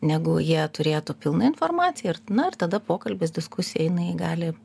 negu jie turėtų pilną informaciją ir na ir tada pokalbis diskusija eina ji gali